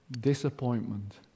Disappointment